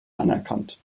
anerkannt